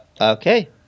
Okay